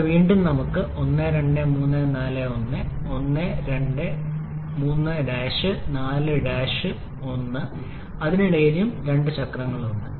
ഇവിടെ വീണ്ടും നമുക്ക് 1 2 3 4 1 1 2 3 4 1 അതിനിടയിലും രണ്ട് ചക്രങ്ങളുണ്ട്